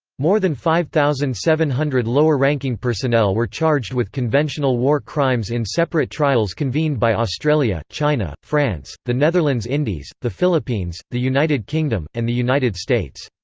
more than five thousand seven hundred lower-ranking personnel were charged with conventional war crimes in separate trials convened by australia, china, france, the netherlands indies, the philippines, the united kingdom, and the united states.